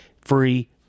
free